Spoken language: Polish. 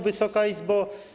Wysoka Izbo!